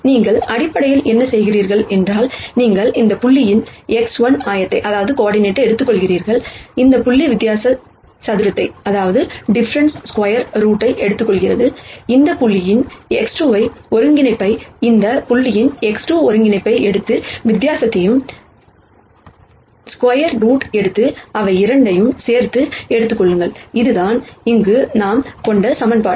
நீங்கள் அடிப்படையில் என்ன செய்கிறீர்கள் என்றால் நீங்கள் இந்த புள்ளியின் x1 கோர்டினேட் எடுத்துக்கொள்கிறீர்கள் இந்த புள்ளி டிஃபரென்ஸ் ஸ்கோயர் ரூட் எடுத்துக்கொள்கிறது இந்த புள்ளியின் x2 ஒருங்கிணைப்பை இந்த புள்ளியின் x2 ஒருங்கிணைப்பை எடுத்து வித்தியாசத்தையும் ஸ்கொயர் ரூட் எடுத்து அவை இரண்டையும் சேர்த்து எடுத்துக்கொள்ளுங்கள் அதுதான் இங்கே நாம் கொண்ட சமன்பாடு